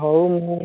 ହଉ ମୁଁ